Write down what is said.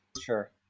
Sure